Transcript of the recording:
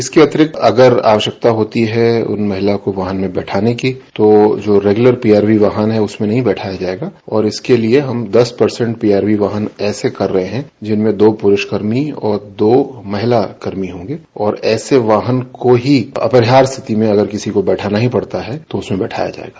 इसके अतिरिक्त अगर आवश्यकता होती है तो उन महिलाओं को वाहन में बैठाने की तो जो रेग्यूलर पीआरवी वाहन है उसमें नहीं बैठाया जायेगा और इसके लिए हम दस परसेंट पीआरवी वाहन ऐसे कर रहे है जिनमें दो पुरूष कर्मी और दो महिला कर्मी होंगे और ऐसे वाहन को ही अपरिहार्य स्थिति में किसी को बैठाना ही पड़ता है तो उसमें बैठाया जायेगा